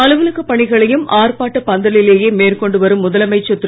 அலுவலக பணிகளையும் ஆர்ப்பாட்டப் பந்தலிலேயே மேற்கொண்டு வரும் முதலமைச்சர் திரு